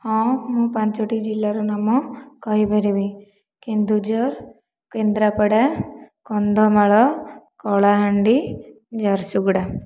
ହଁ ମୁଁ ପାଞ୍ଚୋଟି ଜିଲ୍ଲାର ନାମ କହିପାରିବି କେନ୍ଦୁଝର କେନ୍ଦ୍ରାପଡ଼ା କନ୍ଧମାଳ କଳାହାଣ୍ଡି ଝାରସୁଗୁଡ଼ା